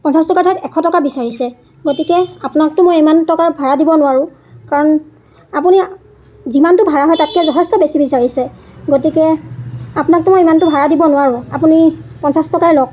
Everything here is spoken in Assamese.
পঞ্চাছ টকাৰ ঠাইত এশ টকা বিচাৰিছে গতিকে আপোনাকতো মই ইমান টকাৰ ভাড়া দিব নোৱাৰোঁ কাৰণ আপুনি যিমানটো ভাড়া হয় তাতকৈ যথেষ্ট বেছি বিচাৰিছে গতিকে আপোনাকতো মই ইমানটো ভাড়া দিব নোৱাৰোঁ আপুনি পঞ্চাছ টকাই লওক